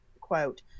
quote